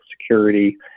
security